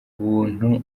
buntu